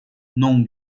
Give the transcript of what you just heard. non